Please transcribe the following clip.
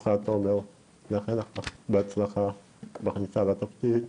אותך תומר ולאחל לך בהצלחה בכניסה לתפקיד.